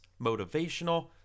motivational